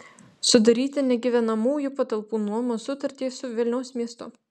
sudaryti negyvenamųjų patalpų nuomos sutartį su vilniaus miestu